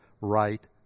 right